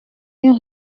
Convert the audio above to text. une